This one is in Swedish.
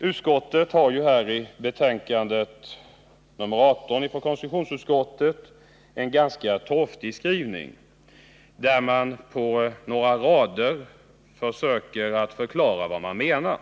I sitt betänkande nr 18 har konstitutionsutskottets majoritet en ganska torftig skrivning, där man på några rader försöker förklara vad man menar.